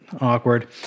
awkward